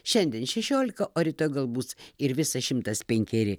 šiandien šešiolika o rytoj gal bus ir visas šimtas penkeri